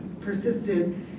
persisted